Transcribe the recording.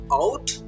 out